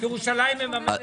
מה זה קשור לגידור?